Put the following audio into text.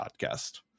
podcast